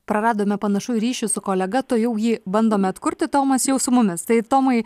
praradome panašu ryšį su kolega tuojau jį bandome atkurti tomas jau su mumis tai tomai